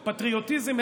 פטריוטיזם,